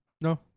No